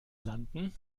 landen